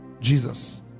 Jesus